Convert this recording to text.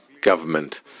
government